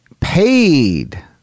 paid